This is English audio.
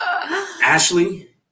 Ashley